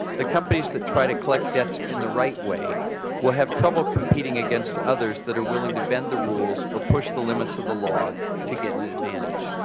the companies that try to collect debts in the right way will have trouble competing against others that are willing to bend the rules or push the limits of the law to get an advantage.